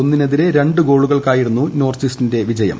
ഒന്നിനെതിരേ രണ്ടു ഗോളുകൾക്കായിരുന്നു നോർത്ത് ഈസ്റ്റിന്റെ വിജയം